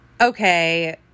okay